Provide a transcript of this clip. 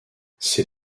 ces